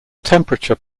temperature